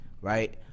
right